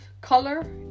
color